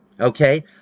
Okay